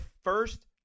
first